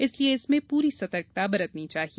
इसलिए इसमें पूरी सतर्कता बरतनी चाहिए